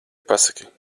pasaki